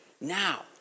now